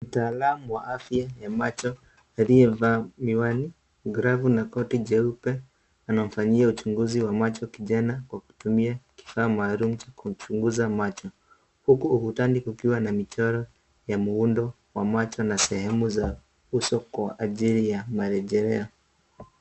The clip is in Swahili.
Mtaalam wa afya ya macho aliyevaa miwani, glavu na koti jeupe anamfanyia uchunguzi wa macho kijana akitumia kifaa maalum cha kuchunguza macho huku ukutani kukiwa na michoro ya muundo wa macho na sehemu za uso kwa ajili ya marejeleo.